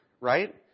right